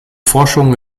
forschungen